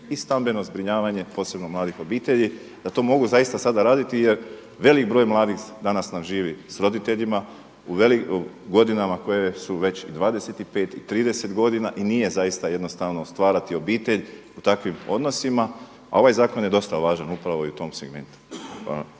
I stambeno zbrinjavanje posebno mladih obitelji da to mogu zaista sada raditi, jer velik broj mladih danas nam živi sa roditeljima u godinama koje su već 25 i 30 godina i nije zaista jednostavno stvarati obitelj u takvim odnosima. A ovaj zakon je dosta važan upravo i u tom segmentu.